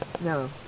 No